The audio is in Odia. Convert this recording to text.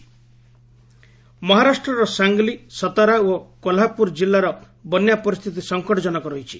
ରେନ୍ ମହାରାଷ୍ଟ୍ରର ସାଙ୍ଗଲି ସତାରା ଓ କୋହ୍ଲାପୁର ଜିଲ୍ଲାର ବନ୍ୟା ପରିସ୍ଥିତି ସଂକଟ୍ଟନକ ରହିଛି